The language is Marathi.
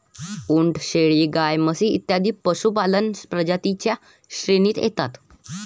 उंट, शेळी, गाय, म्हशी इत्यादी पशुपालक प्रजातीं च्या श्रेणीत येतात